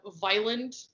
violent